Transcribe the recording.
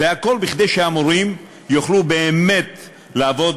והכול כדי שהמורים יוכלו באמת לעבוד